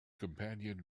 companion